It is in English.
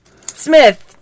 Smith